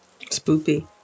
Spoopy